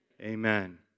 Amen